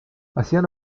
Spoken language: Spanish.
hacían